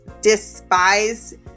despise